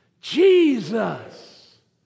Jesus